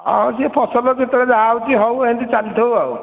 ହଁ ହଉ ସେ ଫସଲ ଯେତେବେଳେ ଯାହା ହେଉଛି ହେଉ ଏମିତି ଚାଲିଥିବ ଆଉ